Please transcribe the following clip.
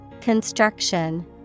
Construction